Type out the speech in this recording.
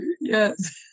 yes